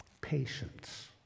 Patience